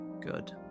Good